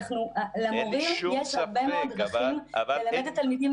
למורים יש הרבה מאוד דרכים ללמד את התלמידים